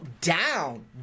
down